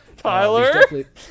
Tyler